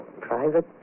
Private